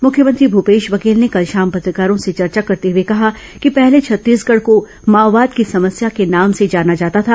मुख्यमंत्री भूपेश बघेल ने कल शाम पत्रकारों से चर्चा करते हुए कहा कि पहले छत्तीसगढ़ को माओवाद की समस्या के नाम से जाना जाता था